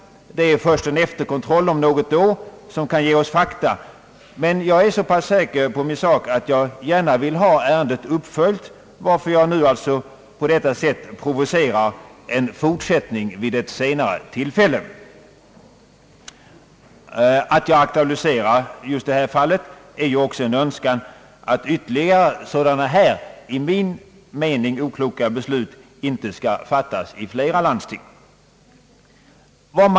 Det är först en efterkontroll om något år som kan ge oss fakta. Jag är dock så säker på min sak att jag vill ha ärendet uppföljt, och det är därför jag på detta sätt provocerar fram en fortsättning vid ett senare tillfälle. Att jag aktualiserar just detta fall beror också på en önskan att ytterligare sådana här i min mening okloka beslut inte skall fattas i flera landsting.